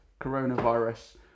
coronavirus